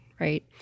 Right